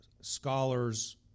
scholars